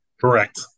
Correct